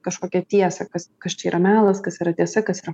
kažkokią tiesą kas kas čia yra melas kas yra tiesa kas yra